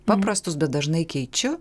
paprastus bet dažnai keičiu